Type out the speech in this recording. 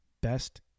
Best